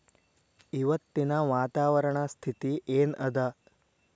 ಇವತ್ತಿನ ವಾತಾವರಣ ಸ್ಥಿತಿ ಏನ್ ಅದ?